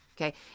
okay